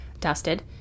dusted